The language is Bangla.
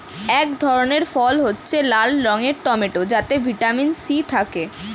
এক ধরনের ফল হচ্ছে লাল রঙের টমেটো যাতে ভিটামিন সি থাকে